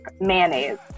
mayonnaise